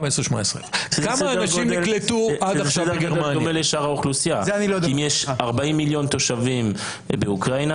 אם יש 40 מיליון תושבים באוקראינה,